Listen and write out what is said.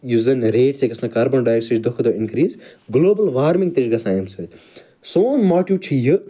یۄس زن ریٹ چھِ گَژھان کاربن ڈای آکسایڈٕچۍ سۄ چھِ دۄہ کھۄتہٕ دۄہ اِنکرٛیٖز گلوبَل وارمِنٛگ تہ چھِ گَژھان اَمہِ سۭتۍ سون ماٹِو چھُ یہِ